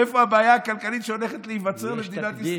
איפה הבעיה הכלכלית שהולכת להיווצר למדינת ישראל?